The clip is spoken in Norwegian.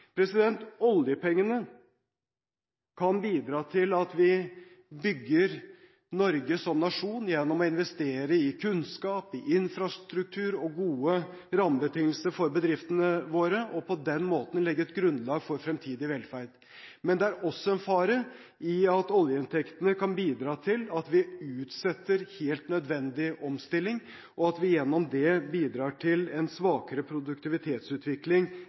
Oljepengene kan bidra til at vi bygger Norge som nasjon gjennom å investere i kunnskap og infrastruktur og ha gode rammebetingelser for bedriftene våre, og på den måten legge et grunnlag for fremtidig velferd. Men det er også fare for at oljeinntektene kan bidra til at vi utsetter en helt nødvendig omstilling, og at vi gjennom det bidrar til en svakere produktivitetsutvikling